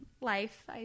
life